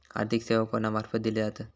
आर्थिक सेवा कोणा मार्फत दिले जातत?